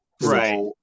right